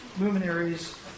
Luminaries